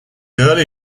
early